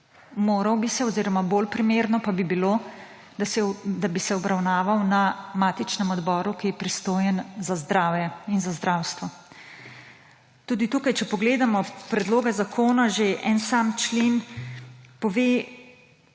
Moral bi se oziroma bolj primerno pa bi bilo, da bi se obravnaval na matičnem odboru, ki je pristojen za zdravje in za zdravstvo. Tudi tukaj, če pogledamo predlog zakona, že en sam člen pove,